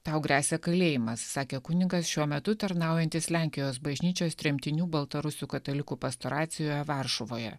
tau gresia kalėjimas sakė kunigas šiuo metu tarnaujantis lenkijos bažnyčios tremtinių baltarusių katalikų pastoracijoje varšuvoje